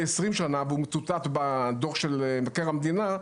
20 והוא מצוטט בדוח של מבקר המדינה,